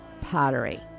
pottery